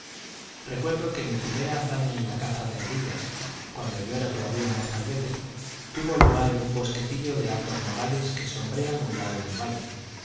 recuerdo que mi primera hazaña en la caza de ardillas cuando yo era todavía un mozalbete tuvo lugar en un bosquecillo de altos nogales que sombrean un lado del valle